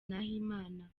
nahimana